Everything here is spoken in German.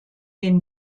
den